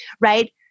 right